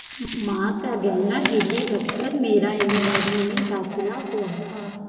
मां का गहना गिरवी रखकर मेरा इंजीनियरिंग में दाखिला हुआ था